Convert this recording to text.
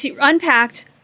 unpacked